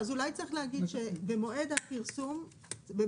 אז אולי צריך להגיד שבמועד פרסום הצו